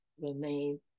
remain